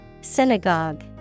Synagogue